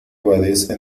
abadesa